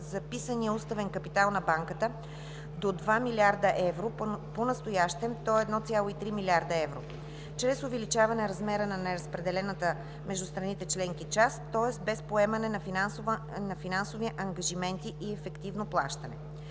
записания уставен капитал на банката до 2 млрд. евро (понастоящем той е 1,3 млрд. евро) чрез увеличаване размера на неразпределената между страните членки част, тоест без поемане на финансови ангажименти и ефективно плащане.